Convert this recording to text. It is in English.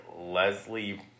Leslie